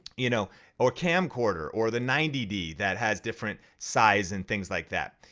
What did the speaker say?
you know or camcorder or the ninety d that has different size and things like that.